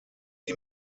die